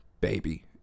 baby